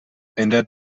ändert